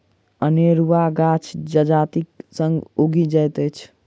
अनेरुआ गाछ जजातिक संग उगि जाइत अछि